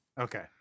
Okay